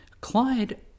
Clyde